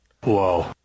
Whoa